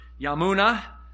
Yamuna